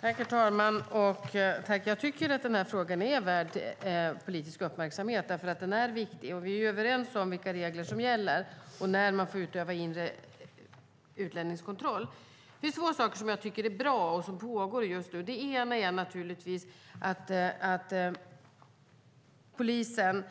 Herr talman! Jag tycker att den här frågan är värd politisk uppmärksamhet, för den är viktig. Vi är överens om vilka regler som gäller och när man får utöva inre utlänningskontroll. Det är två saker som jag tycker är bra och som pågår just nu. Det ena är naturligtvis att polisen